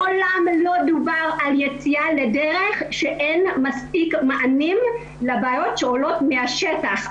מעולם לא דובר על יציאה לדרך שאין מספיק מענים לבעיות שעולות מהשטח.